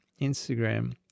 Instagram